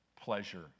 pleasure